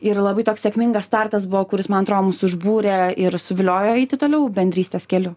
ir labai toks sėkmingas startas buvo kuris man atrodo mus užbūrė ir suviliojo eiti toliau bendrystės keliu